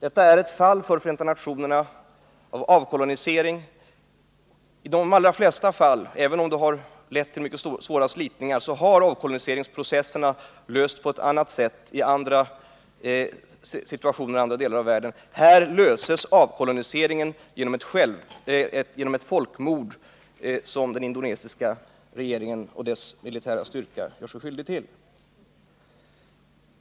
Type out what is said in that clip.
I de allra flesta fall har avkoloniseringsprocesserna, även om de lett till svåra slitningar, i andra delar av världen lösts på ett annat sätt. Här löses avkoloniseringen genom ett folkmord som den indonesiska regeringen och dess militära styrkor gör sig skyldig till.